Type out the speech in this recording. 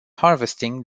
harvesting